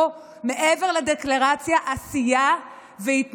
מעבר לדקלרציה, צריכה להיות פה עשייה והתנהגות.